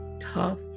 tough